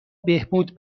بهبود